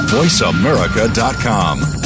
VoiceAmerica.com